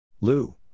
Lou